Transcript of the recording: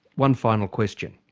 one final question.